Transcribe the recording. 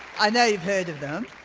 i you've heard of them.